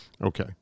Okay